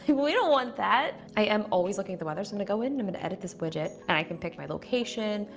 we don't want that! i am always looking at the weather so i'm gonna go in and i'm gonna edit this widget. and i can pick my location.